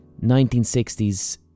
1960s